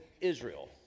Israel